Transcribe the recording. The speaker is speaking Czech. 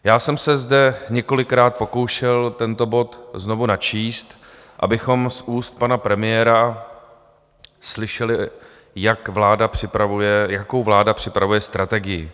Já jsem se zde několikrát pokoušel tento bod znovu načíst, abychom z úst pana premiéra slyšeli, jakou vláda připravuje strategii.